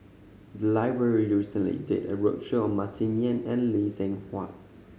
the library recently did a roadshow on Martin Yan and Lee Seng Huat